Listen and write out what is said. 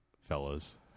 fellas